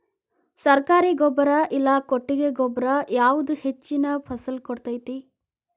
ಸರ್ಕಾರಿ ಗೊಬ್ಬರ ಇಲ್ಲಾ ಕೊಟ್ಟಿಗೆ ಗೊಬ್ಬರ ಯಾವುದು ಹೆಚ್ಚಿನ ಫಸಲ್ ಕೊಡತೈತಿ?